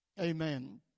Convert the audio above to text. Amen